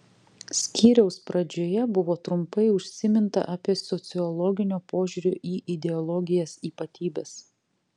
skyriaus pradžioje buvo trumpai užsiminta apie sociologinio požiūrio į ideologijas ypatybes